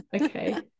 Okay